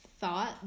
thought